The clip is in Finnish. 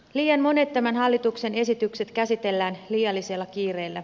liian monet tämän hallituksen esitykset käsitellään liiallisella kiireellä